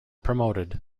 promoted